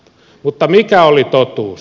mutta mikä oli totuus